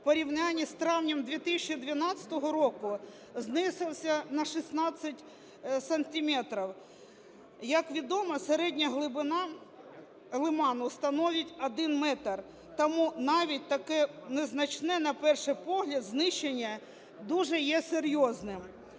в порівнянні з травнем 2012 року знизився на 16 сантиметрів. Як відомо, середня глибина лиману становить 1 метр, тому навіть таке незначне, на перший погляд, знищення дуже є серйозним.